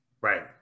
Right